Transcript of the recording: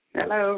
Hello